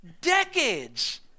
decades